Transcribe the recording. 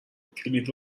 کلید